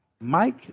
Mike